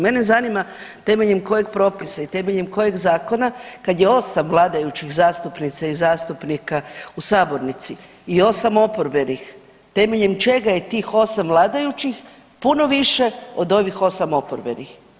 Mene zanima temeljem kojeg propisa i temeljem kojeg zakona, kad je 8 vladajućih zastupnica i zastupnika u sabornici i 8 oporbenih, temeljem čega je tih 8 vladajućih puno više od ovih 8 oporbenih?